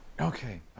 Okay